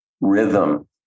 rhythm